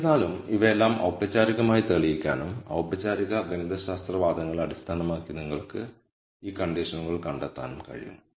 എന്നിരുന്നാലും ഇവയെല്ലാം ഔപചാരികമായി തെളിയിക്കാനും ഔപചാരിക ഗണിതശാസ്ത്ര വാദങ്ങളെ അടിസ്ഥാനമാക്കി നിങ്ങൾക്ക് ഈ കണ്ടിഷനുകൾ കണ്ടെത്താനും കഴിയും